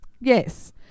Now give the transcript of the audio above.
Yes